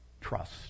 trust